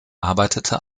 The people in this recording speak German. arbeitete